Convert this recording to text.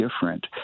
different—